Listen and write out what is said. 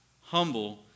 humble